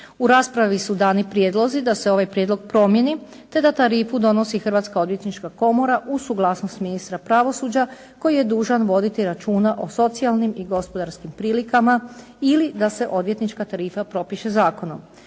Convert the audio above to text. U raspravi su dani prijedlozi da se ovaj prijedlog promijeni te da tarifu donosi Hrvatska odvjetnička komora uz suglasnost ministra pravosuđa koji je dužan voditi računa o socijalnim i gospodarskim prilikama ili da se odvjetnička tarifa propiše zakonom.